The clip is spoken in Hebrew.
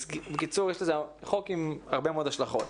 בקיצור, זה חוק עם הרבה מאוד השלכות.